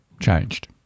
changed